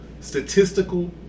statistical